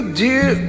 dear